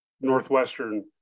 Northwestern